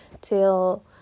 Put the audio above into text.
till